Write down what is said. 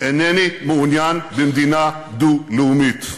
אינני מעוניין במדינה דו-לאומית.